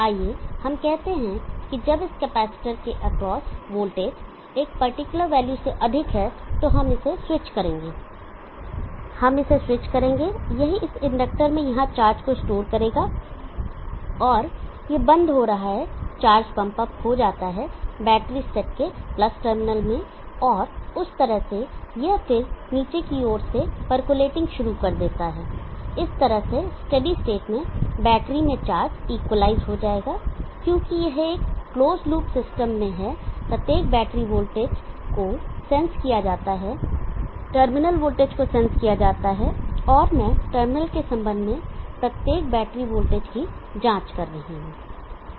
आइए हम कहते हैं जब इस कैपेसिटर के एक्रॉस वोल्टेज एक पार्टिकुलर वैल्यू से अधिक है तो हम इसे स्विच करेंगे हम इसे स्विच करेंगे यह इस इंडक्टर में यहाँ चार्ज को स्टोर करेगा और यह बंद हो रहा है चार्ज पंप अप हो जाता है बैटरी सेट के प्लस टर्मिनल में और उस तरह से यह फिर से नीचे की ओर से परकॉलेटिंग शुरू करता है इस तरह से स्टेडी स्टेट में बैटरी में चार्ज इक्विलाइज हो जाएगा क्योंकि यह एक क्लोज्ड लूप कंट्रोल सिस्टम में है प्रत्येक बैटरी वोल्टेज को सेंस किया जाता है टर्मिनल वोल्टेज को सेंस किया जाता है और मैं टर्मिनल के संबंध में प्रत्येक बैटरी वोल्टेज की जांच कर रहा हूं